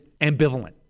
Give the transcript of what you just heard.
ambivalent